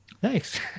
Thanks